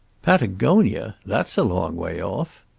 patagonia! that's a long way off.